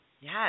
Yes